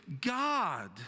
God